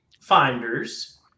finders